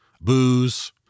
booze